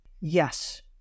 Yes